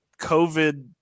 COVID